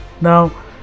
Now